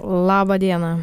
laba diena